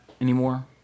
anymore